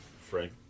Frank